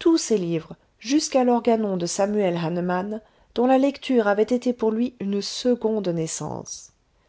tous ses livres jusqu'à l'organon de samuel hahnemann dont la lecture avait été pour lui une seconde naissance